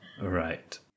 Right